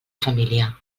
família